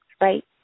right